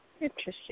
Interesting